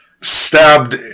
stabbed